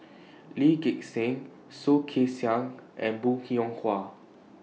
Lee Gek Seng Soh Kay Siang and Bong Hiong Hwa